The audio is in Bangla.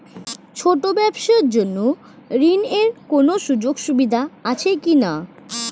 ছোট ব্যবসার জন্য ঋণ এর কোন সুযোগ আছে কি না?